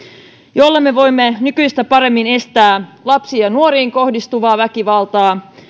joilla me voimme nykyistä paremmin estää lapsiin ja nuoriin kohdistuvaa väkivaltaa ja